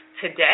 today